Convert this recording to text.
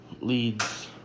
Leads